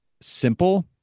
simple